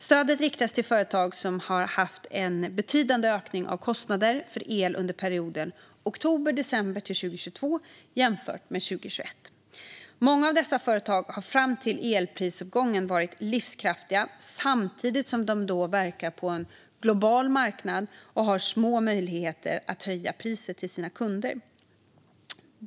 Stödet riktas till företag som har haft en betydande ökning av kostnader för el under perioden oktober-december 2022 jämfört med 2021. Många av dessa företag har fram till elprisuppgången varit livskraftiga samtidigt som de verkar på en global marknad och har små möjligheter att höja priset till sina kunder.